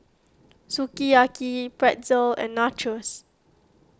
Sukiyaki Pretzel and Nachos